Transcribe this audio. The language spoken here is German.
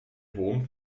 hohem